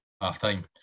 half-time